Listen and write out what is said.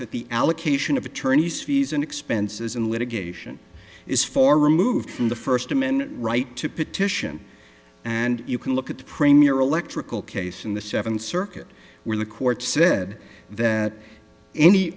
that the allocation of attorney's fees and expenses in litigation is for removed from the first amendment right to petition and you can look at the premier electrical case in the seventh circuit where the court said that any